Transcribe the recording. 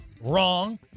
wrong